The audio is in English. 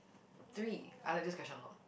three I like this question a lot